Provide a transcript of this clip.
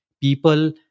people